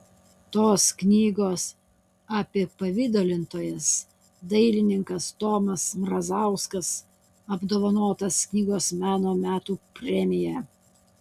tos knygos apipavidalintojas dailininkas tomas mrazauskas apdovanotas knygos meno metų premija